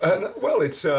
well, it's.